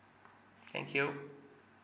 thank you